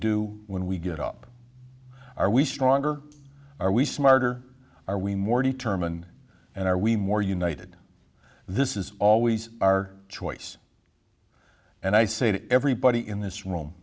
do when we get up are we stronger are we smarter are we more determined and are we more united this is always our choice and i say to everybody in this room